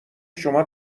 شما